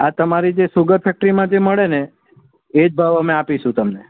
આ તમારી જે સુગર ફેક્ટરીમાં જે મળે ને એ જ ભાવ અમે આપીશું તમને